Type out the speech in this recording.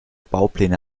baupläne